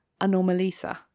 anomalisa